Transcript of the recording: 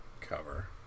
cover